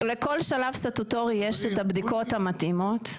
לכל שלב סטטוטורי את הבדיקות המתאימות.